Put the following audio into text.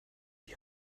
die